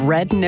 Red